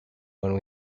when